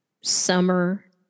summer